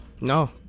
No